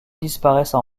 disparaissent